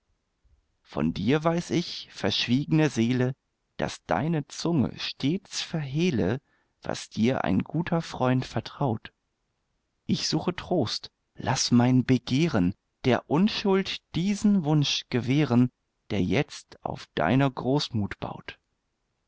von dir weiß ich verschwiegne seele daß deine zunge stets verhehle was dir ein guter freund vertraut ich suche trost laß mein begehren der unschuld diesen wunsch gewähren der jetzt auf deine großmut baut